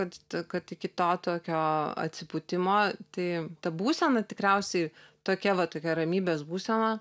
kad kad iki to tokio atsipūtimo tai ta būsena tikriausiai tokia va tokia ramybės būsena